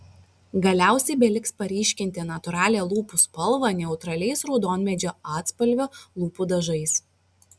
galiausiai beliks paryškinti natūralią lūpų spalvą neutraliais raudonmedžio atspalvio lūpų dažais